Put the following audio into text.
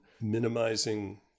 minimizing